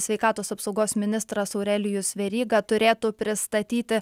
sveikatos apsaugos ministras aurelijus veryga turėtų pristatyti